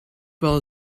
wel